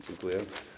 Dziękuję.